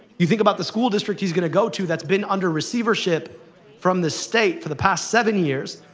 you think about the school district he's going to go to that's been under receivership from the state for the past seven years,